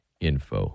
Info